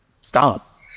stop